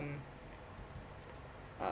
mm uh